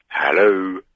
Hello